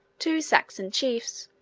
two saxon chiefs.